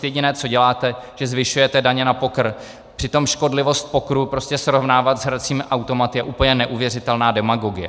Jediné, co děláte, že zvyšujete daně na poker, přitom škodlivost pokeru prostě srovnávat s hracími automaty je úplně neuvěřitelná demagogie!